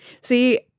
See